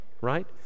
right